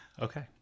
Okay